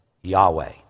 Yahweh